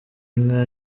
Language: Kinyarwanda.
inka